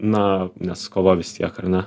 na nes kova vis tiek ar ne